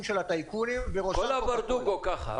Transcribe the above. של הטייקונים ו --- כל הברדוגו ככה.